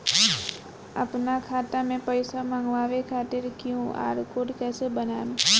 आपन खाता मे पैसा मँगबावे खातिर क्यू.आर कोड कैसे बनाएम?